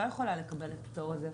לא יכולה לקבל את הפטור הזה?